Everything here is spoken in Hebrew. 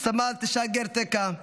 סמל טשגר טקה,